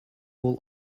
all